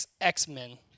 x-men